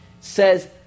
says